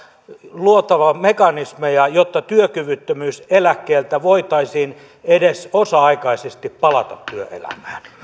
luotava mekanismeja jotta työkyvyttömyyseläkkeeltä voitaisiin edes osa aikaisesti palata työelämään